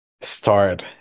start